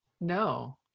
No